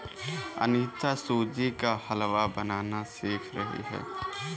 अनीता सूजी का हलवा बनाना सीख रही है